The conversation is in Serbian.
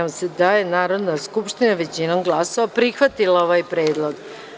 Konstatujem da je Narodna skupština većinom glasova prihvatila ovaj predlog.